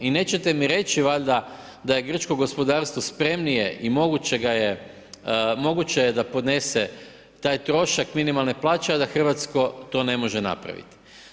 I nećete mi reći valjda da je grčko gospodarstvo spremnije i moguće ga je, moguće je da podnese taj trošak minimalne plaće a da hrvatsko to ne može napraviti.